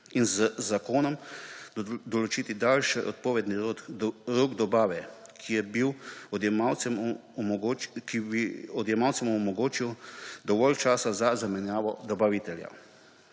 in z zakonom določiti daljši odpovedni rok dobave, ki bi odjemalcem omogočil dovolj časa za zamenjavo dobavitelja.